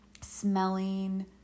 smelling